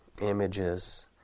images